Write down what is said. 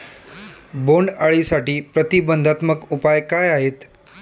बोंडअळीसाठी प्रतिबंधात्मक उपाय काय आहेत?